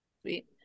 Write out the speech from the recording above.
sweet